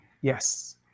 yes